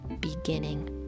beginning